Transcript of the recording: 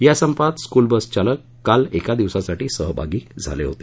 या संपात स्कूलबसचालक काल एका दिवसासाठी सहभागी झाले होते